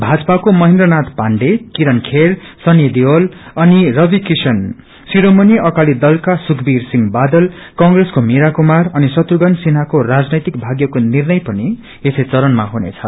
भाजपको महेन्द्रनाय पाण्डे किरण खेर सनी देयोल अनि रविकिशन शिरोमणि अकाली दलका सुखबीर सिंह बादल कंग्रेसको मिरा कुमार अनि शुत्रुप्न सिन्हाको राजनैति भाग्यको निर्णय पनि यसै चरणमा हुनेछ